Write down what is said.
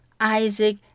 Isaac